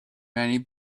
many